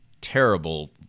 terrible